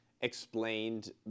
explained